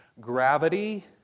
gravity